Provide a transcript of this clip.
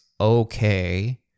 okay